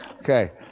Okay